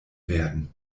werden